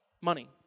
money